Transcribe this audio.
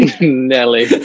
Nelly